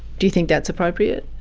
do you think that's appropriate?